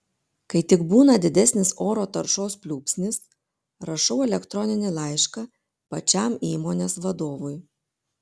kai tik būna didesnis oro taršos pliūpsnis rašau elektroninį laišką pačiam įmonės vadovui